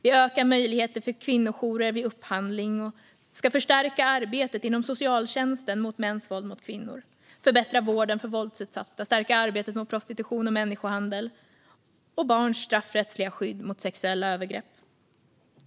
Vi ökar möjligheter för kvinnojourer vid upphandling, och vi ska förstärka arbetet inom socialtjänsten mot mäns våld mot kvinnor, förbättra vården för våldsutsatta och stärka arbetet mot prostitution och människohandel och barns straffrättsliga skydd mot sexuella övergrepp.